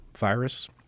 virus